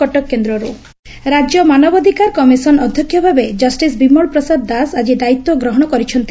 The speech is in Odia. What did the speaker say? ମାନବାଧୂକାର କମିଶନ ରାଜ୍ୟ ମାନବାଧିକାର କମିଶନ ଅଧ୍ୟକ୍ଷ ଭାବେ କଷ୍ଟିସ୍ ବିମଳ ପ୍ରସାଦ ଦାସ ଆଜି ଦାୟିତ୍ୱ ଗ୍ରହଶ କରିଛନ୍ତି